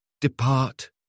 depart